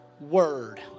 word